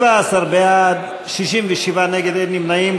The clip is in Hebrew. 17 בעד, 67 נגד, אין נמנעים.